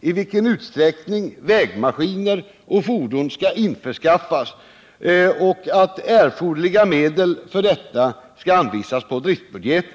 i vilken utsträckning vägmaskiner och fordon skall införskaffas. Erforderliga medel för detta skall anvisas på driftbudgeten.